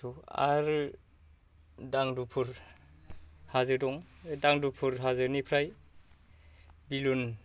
गोथौ आरो दांदुफुर हाजो दं दांदुफुर हाजोनिफ्राय बेलुन